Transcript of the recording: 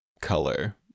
color